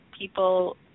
people